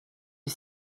est